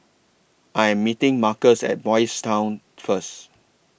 I Am meeting Marcus At Boys' Town First